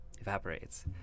evaporates